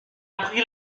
pris